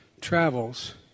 travels